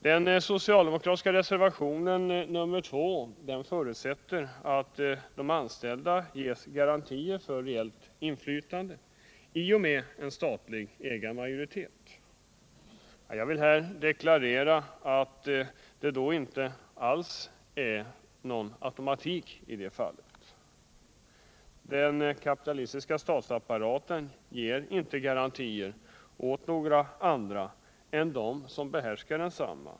Den socialdemokratiska reservationen 2 förutsätter att de anställda ges garantier för reellt inflytande i och med en statlig ägarmajoritet. Jag vill deklarera att det inte alls är någon automatik i det fallet. Den kapitalistiska statsapparaten ger inte garantier åt några andra än dem som behärskar den.